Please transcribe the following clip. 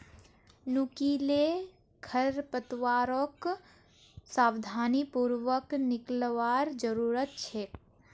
नुकीले खरपतवारक सावधानी पूर्वक निकलवार जरूरत छेक